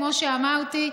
כמו שאמרתי,